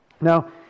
Now